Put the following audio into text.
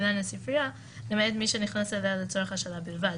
לעניין הספרייה למעט מי שנכנס אליה לצורך השאלה בלבד.